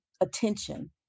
attention